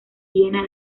viena